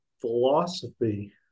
philosophy